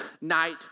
night